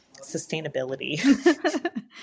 sustainability